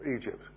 Egypt